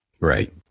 Right